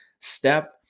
step